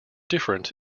different